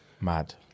Mad